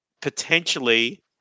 potentially